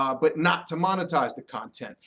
um but not to monetize the content.